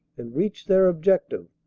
and reached their objective,